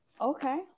Okay